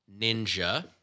ninja